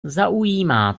zaujímá